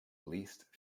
least